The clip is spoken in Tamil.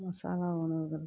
மசாலா உணவுகள்